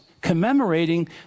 commemorating